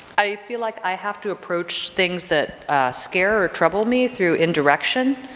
i feel like i have to approach things that scare or trouble me through indirection.